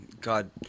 God